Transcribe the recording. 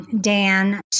Dan